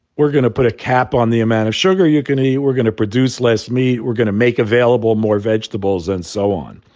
we're gonna put a cap on the amount of sugar you can eat, we're gonna produce less meat, we're gonna make available more vegetables and so on.